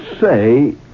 say